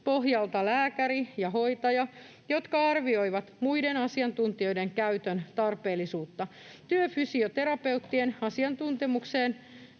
pohjalta lääkäri ja hoitaja, jotka arvioivat muiden asiantuntijoiden käytön tarpeellisuutta. Työfysioterapeuttien asiantuntemuksen